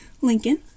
Lincoln